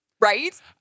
Right